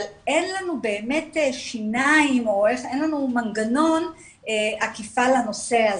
אבל אין לנו באמת שיניים או אין לנו מנגנון אכיפה לנושא הזה.